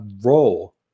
role